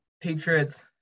Patriots